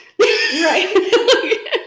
right